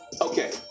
Okay